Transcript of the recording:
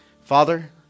Father